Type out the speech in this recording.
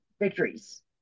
victories